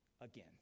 again